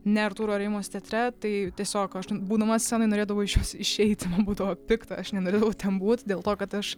ne artūro areimos teatre tai tiesiog aš būnama scenoj norėdavau iš jos išeiti būdavo pikta aš nenorėdavau ten būt dėl to kad aš